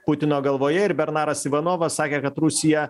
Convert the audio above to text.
putino galvoje ir bernaras ivanovas sakė kad rusija